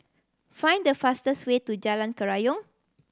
find the fastest way to Jalan Kerayong